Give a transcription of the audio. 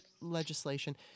legislation